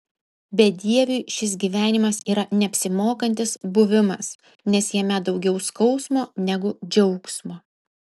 bedieviui šis gyvenimas yra neapsimokantis buvimas nes jame daugiau skausmo negu džiaugsmo